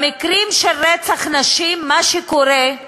במקרים של רצח נשים, מה שקורה זה